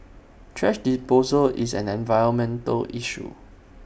thrash disposal is an environmental issue